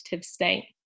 state